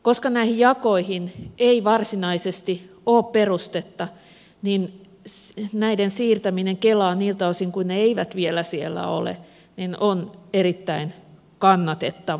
koska näihin jakoihin ei varsinaisesti ole perustetta näiden siirtäminen kelaan niiltä osin kuin ne eivät vielä siellä ole on erittäin kannatettava ajatus